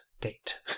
date